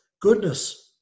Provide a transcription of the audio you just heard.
Goodness